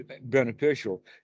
beneficial